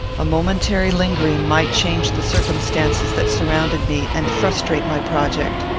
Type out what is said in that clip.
a momentary lingering might change the circumstances that surrounded me, and frustrate my project.